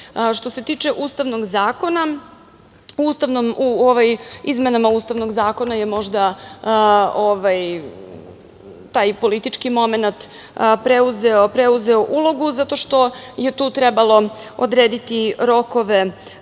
se tiče Ustavnog zakona, u izmenama Ustavnog zakona možda taj politički momenat preuzeo ulogu, zato što je tu trebalo odrediti rokove